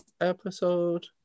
episode